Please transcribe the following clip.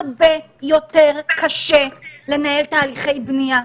הרבה יותר קשה לנהל תהליכי בנייה,